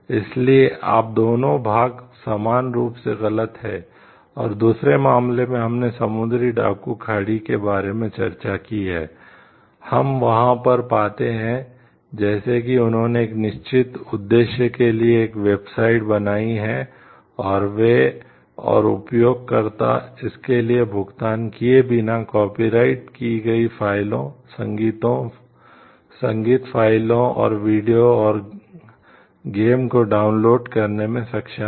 इसलिए आप दोनों भाग समान रूप से गलत हैं और दूसरे मामले में हमने समुद्री डाकू खाड़ी के बारे में चर्चा की है हम वहाँ पर पाते हैं जैसे कि उन्होंने एक निश्चित उद्देश्य के लिए एक वेबसाइट करने में सक्षम हैं